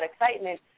excitement